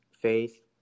faith